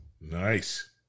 nice